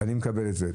אני מקבל את זה.